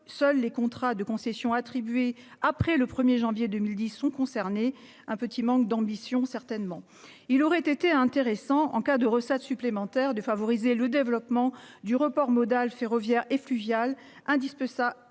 Seuls les contrats de concession attribué après le 1er janvier 2010 sont concernés. Un petit manque d'ambition, certainement. Il aurait été intéressant en cas de recettes supplémentaires de favoriser le développement du report modal ferroviaire et fluvial indice ça